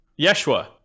Yeshua